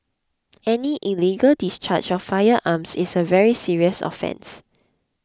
any illegal discharge of firearms is a very serious offence